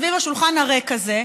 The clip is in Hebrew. סביב השולחן הריק הזה,